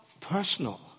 personal